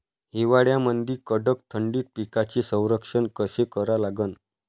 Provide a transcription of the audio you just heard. हिवाळ्यामंदी कडक थंडीत पिकाचे संरक्षण कसे करा लागन?